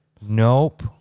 Nope